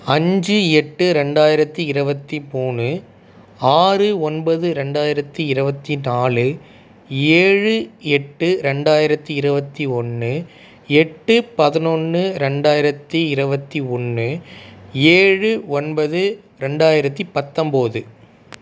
அஞ்சு எட்டு ரெண்டாயிரத்து இருபத்தி மூணு ஆறு ஒன்பது ரெண்டாயிரத்து இருபத்தி நாலு ஏழு எட்டு ரெண்டாயிரத்து இருபத்தி ஒன்று எட்டு பதினொன்று ரெண்டாயிரத்து இருபத்தி ஒன்று ஏழு ஒன்பது ரெண்டாயிரத்து பத்தொன்போது